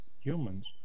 humans